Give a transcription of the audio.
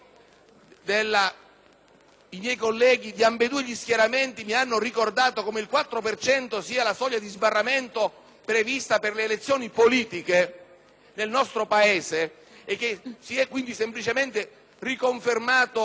miei colleghi di ambedue gli schieramenti mi hanno ricordato come il 4 per cento sia la soglia di sbarramento prevista per le elezioni politiche nel nostro Paese e si è quindi semplicemente riconfermato quel tipo di